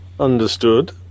Understood